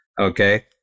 Okay